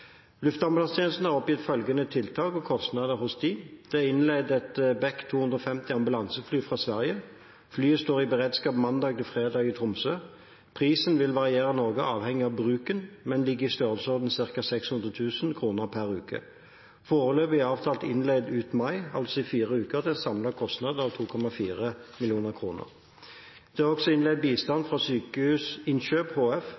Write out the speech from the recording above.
har oppgitt følgende tiltak og kostnader hos dem: Det er innleid et Beech 250 ambulansefly fra Sverige. Flyet står i beredskap fra mandag til fredag i Tromsø. Prisen vil variere noe, avhengig av bruken, men ligger i størrelsesordenen 600 000 kr per uke. Det er foreløpig avtalt innleid ut mai, altså i fire uker, til en samlet kostnad på 2,4 mill. kr. Det er også innleid